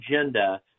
agenda